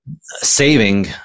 saving